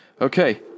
Okay